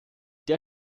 der